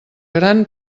gran